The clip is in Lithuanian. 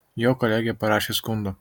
jo kolegė parašė skundą